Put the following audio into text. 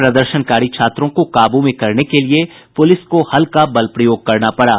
प्रदर्शनकारी छात्रों को काबू में करने के लिए पुलिस को हल्का बल प्रयोग करना पड़ा